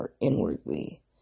inwardly